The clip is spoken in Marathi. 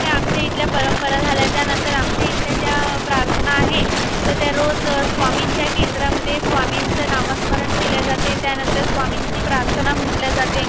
हे आमच्या इथल्या परंपरा झाल्या त्यानंतर आमच्या इथल्या ज्या प्रार्थना आहे तर त्या रोज स्वामींच्या केंद्रामध्ये स्वामींचं नामस्मरण केले जाते त्यानंतर स्वामींची प्रार्थना म्हटली जाते